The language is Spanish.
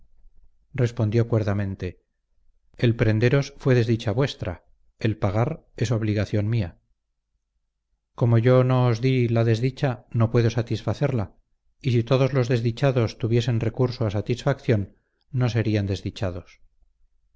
respondió cuerdamente el prenderos fue desdicha vuestra el pagar es obligación mía como yo nos os di la desdicha no puedo satisfacerla y si todos los desdichados tuviesen recurso a satisfacción no serían desdichados